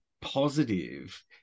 positive